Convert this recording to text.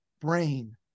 brain